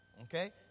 Okay